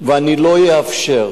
ואני לא אאפשר